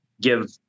give